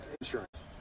insurance